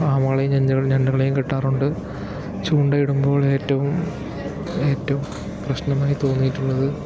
ആമകളെയും ഞണ്ടുകൾ ഞണ്ടുകളെയും കിട്ടാറുണ്ട് ചൂണ്ടയിടുമ്പോൾ ഏറ്റവും ഏറ്റവും പ്രശ്നമായി തോന്നിയിട്ടുള്ളത്